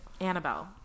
annabelle